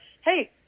hey